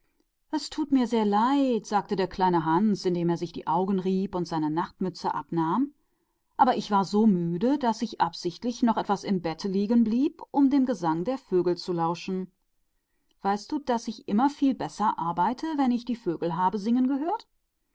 gutes tut ach verzeih sagte der kleine hans indem er sich die augen rieb und die nachtmütze abnahm aber ich war so müde daß ich mir dachte bleibst noch ein weilchen im bett und hörst die vögel singen weißt du daß ich immer besser arbeite wenn ich die vögel hab singen